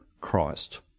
Christ